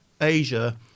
Asia